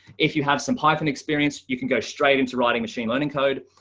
if you have some python experience, you can go straight into writing machine learning code.